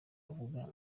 avuga